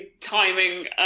timing